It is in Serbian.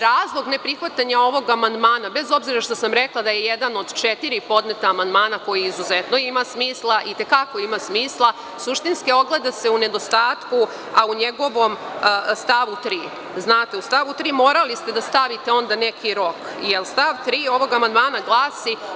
Razlog za neprihvatanje ovog amandmana, bez obzira što sam rekla da je jedan od četiri podneta amandmana koji izuzetno ima smisla, i te kako ima smisla, suštinski se ogleda u nedostatku u njegovom stavu 3. Znate, u stavu 3. ste morali da stavite onda neki rok, jer stav 3. ovog amandmana glasi…